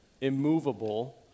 immovable